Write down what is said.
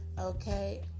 Okay